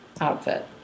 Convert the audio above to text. outfit